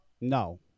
No